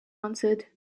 answered